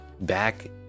Back